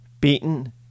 beaten